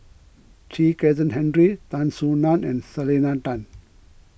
Chen Kezhan Henri Tan Soo Nan and Selena Tan